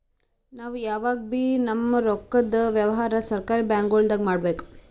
ನಾವ್ ಯಾವಗಬೀ ನಮ್ಮ್ ರೊಕ್ಕದ್ ವ್ಯವಹಾರ್ ಸರಕಾರಿ ಬ್ಯಾಂಕ್ಗೊಳ್ದಾಗೆ ಮಾಡಬೇಕು